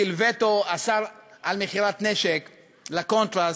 הטיל וטו, אסר על מכירת נשק ל"קונטראס"